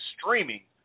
streaming